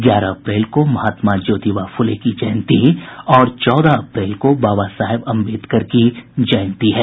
ग्यारह अप्रैल को महात्मा ज्योतिबा फुले की जयंती और चौदह अप्रैल को बाबा साहेब अंबेडकर की जयंती है